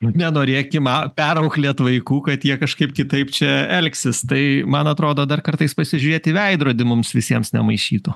nenorėkim a perauklėt vaikų kad jie kažkaip kitaip čia elgsis tai man atrodo dar kartais pasižiūrėt į veidrodį mums visiems nemaišytų